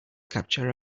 capture